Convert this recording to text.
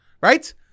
right